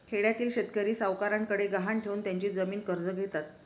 खेड्यातील शेतकरी सावकारांकडे गहाण ठेवून त्यांची जमीन कर्ज घेतात